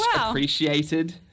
appreciated